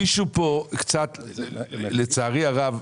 לצערי הרב,